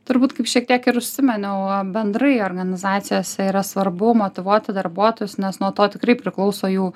turbūt kaip šiek tiek ir užsimeniau bendrai organizacijose yra svarbu motyvuoti darbuotojus nes nuo to tikrai priklauso jų